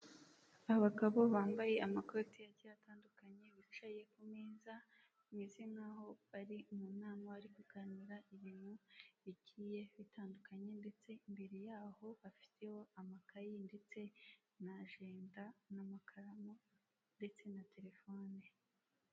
Abagabo bambaye amakoti agiye atandukanye bicaye ku meza bameze nk'aho bari mu nama bari kuganira ibintu bigiyeye bitandukanye ndetse imbere y'aho bafiteho amakayi ndetse na ajenda n'amakaramu ndetse na telefone.